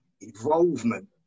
involvement